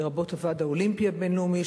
לרבות הוועד האולימפי הבין-לאומי,